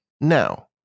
now